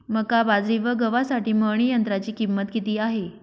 मका, बाजरी व गव्हासाठी मळणी यंत्राची किंमत किती आहे?